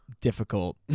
difficult